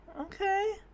Okay